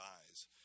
eyes